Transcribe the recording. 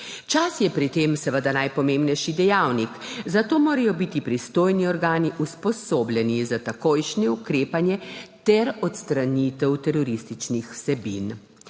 Čas je pri tem seveda najpomembnejši dejavnik, zato morajo biti pristojni organi usposobljeni za takojšnje ukrepanje ter odstranitev terorističnih vsebin.